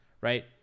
Right